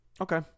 Okay